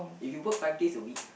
if you work five days a week